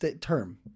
term